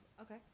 okay